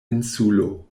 insulo